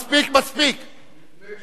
שראש